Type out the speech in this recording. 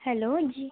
hello जी